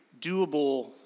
doable